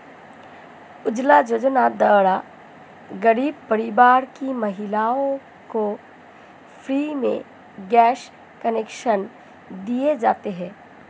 उज्जवला योजना द्वारा गरीब परिवार की महिलाओं को फ्री में गैस कनेक्शन दिए जाते है